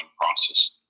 process